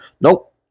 Nope